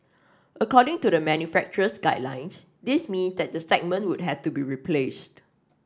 according to the manufacturer's guidelines this mean that the segment would have to be replaced